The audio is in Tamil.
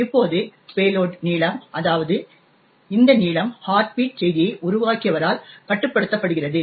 இப்போது பேலோட் நீளம் அதாவது இந்த நீளம் ஹார்ட் பீட் செய்தியை உருவாக்கியவரால் கட்டுப்படுத்தப்படுகிறது